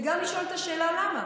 וגם לשאול את השאלה למה.